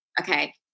okay